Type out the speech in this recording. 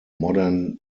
modern